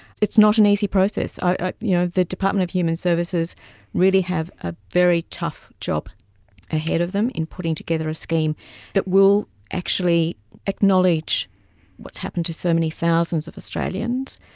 it's not an easy process. you know the department of human services really have a very tough job ahead of them in putting together a scheme that will actually acknowledge what's happened to so many thousands of australians,